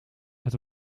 het